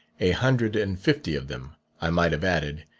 a hundred and fifty of them i might have added,